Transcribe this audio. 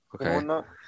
okay